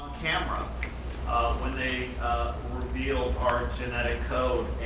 camera when they revealed our genetic code.